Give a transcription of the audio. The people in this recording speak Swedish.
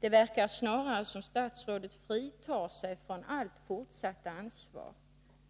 Det verkar snarare som om statsrådet fritar sig från allt fortsatt ansvar.